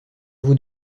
vous